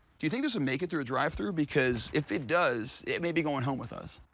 do you think this would make it through a drive through because if it does it may be going home with us.